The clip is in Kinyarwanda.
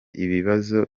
ibibazo